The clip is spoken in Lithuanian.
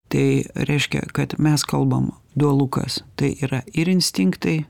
tai reiškia kad mes kalbam dualu kas tai yra ir instinktai